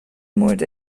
مورد